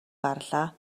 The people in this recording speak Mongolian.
гарлаа